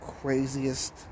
craziest